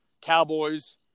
Cowboys